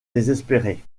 désespéré